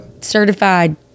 certified